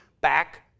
back